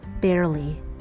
barely